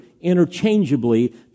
interchangeably